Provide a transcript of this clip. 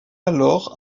alors